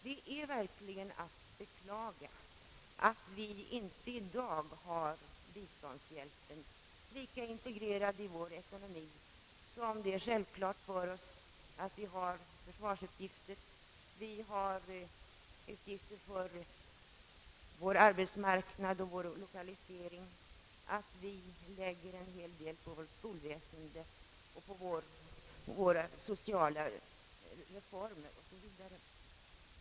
Det är verkligen att beklaga, att vi i dag inte har biståndshjälpen lika integrerad i vår ekonomi som det är självklart för oss att vi har försvarsutgifter, utgifter för vår arbetsmarknad och vår lokalisering och lika självklart som att vi lägger ned en hel del på vårt skolväsen och våra sociala reformer 0. s. Vv.